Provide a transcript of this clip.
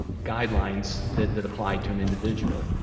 guidelines that that apply to an individual.